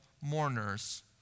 mourners